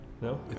No